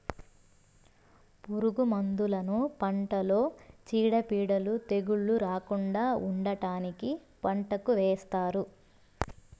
పురుగు మందులను పంటలో చీడపీడలు, తెగుళ్ళు రాకుండా ఉండటానికి పంటకు ఏస్తారు